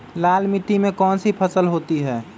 लाल मिट्टी में कौन सी फसल होती हैं?